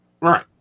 right